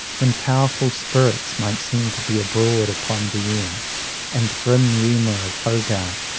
when powerful spirits might seem to be abroad upon the air and the grim humour of hogarth,